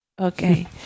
Okay